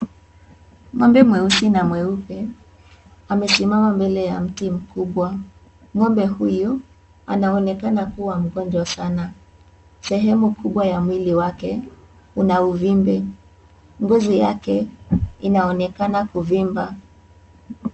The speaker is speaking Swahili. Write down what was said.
Ng'ombe mweusi na mweupe amesimama mbele ya mti mkubwa. Ng'ombe huyo anaonekana kuwa mgonjwa sana sehemu kubwa ya mwili wake una uvimbe. Ngozi yake inaonekana kuvimba.